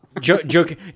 joking